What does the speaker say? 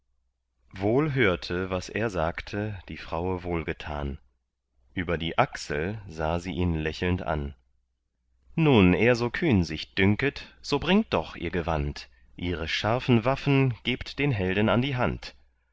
wohl hörte was er sagte die fraue wohlgetan über die achsel sah sie ihn lächelnd an nun er so kühn sich dünket so bringt doch ihr gewand ihre scharfen waffen gebt den helden an die hand